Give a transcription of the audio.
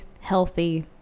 healthy